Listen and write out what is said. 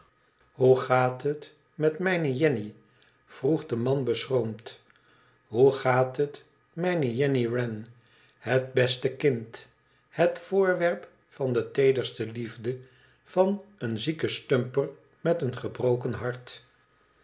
ihoe gaat het met mijne jenny vroeg de man beschroomd ihoe gaat het mijne jenny wren het beste kind het voorwerp van de teederste liefde van een zieken stumper met een gebroken hart